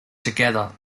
together